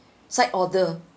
side order